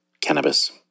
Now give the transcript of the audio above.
cannabis